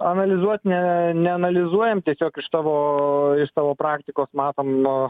analizuot ne neanalizuojam tiesiog iš savo savo praktikos matom